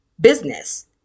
business